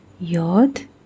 Yod